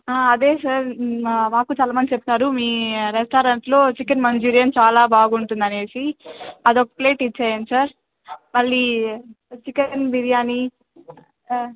అదే సార్ మాకు చాలా మంది చెప్తున్నారు మీ రెస్టారెంట్లో చికెన్ మంచూరియన్ చాలా బాగుంటుంది అనేసి అది ఒక ప్లేట్ ఇచ్చేయి అండి సార్ మళ్ళీ చికెన్ బిర్యానీ